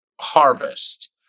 harvest